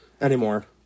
anymore